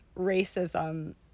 racism